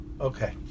Okay